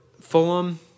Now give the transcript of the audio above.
Fulham